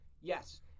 Yes